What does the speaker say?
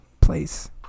place